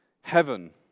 heaven